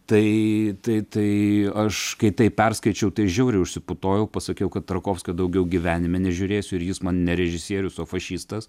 tai tai tai aš kai tai perskaičiau tai žiauriai užsiputojau pasakiau kad tarkovskio daugiau gyvenime nežiūrėsiu ir jis man ne režisierius o fašistas